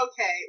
Okay